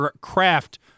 craft